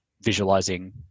visualizing